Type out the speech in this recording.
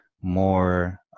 more